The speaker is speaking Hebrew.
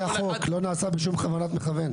זה החוק, זה לא נעשה בכוונת מכוון.